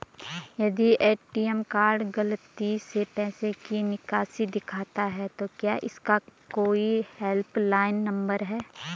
यदि ATM card गलती से पैसे की निकासी दिखाता है तो क्या इसका कोई हेल्प लाइन नम्बर है?